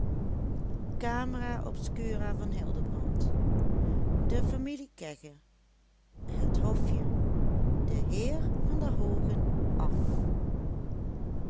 hij de trap opkwam het hofje de heer van der hoogen af